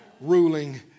ruling